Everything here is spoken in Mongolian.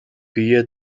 биеэ